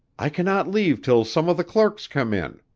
i cannot leave till some of the clerks come in.